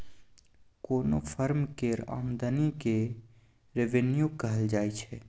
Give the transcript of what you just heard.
कोनो फर्म केर आमदनी केँ रेवेन्यू कहल जाइ छै